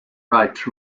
writes